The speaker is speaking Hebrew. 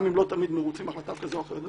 גם אם לא תמיד מרוצים מהחלטה כזאת או אחרת,